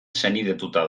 senidetuta